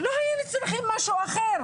לא היינו צריכים משהו אחר.